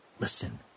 Listen